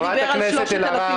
חברת הכנסת אלהרר